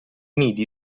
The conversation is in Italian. nidi